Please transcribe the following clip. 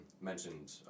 mentioned